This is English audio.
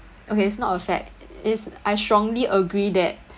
okay it's not a fact is I strongly agree that